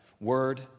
word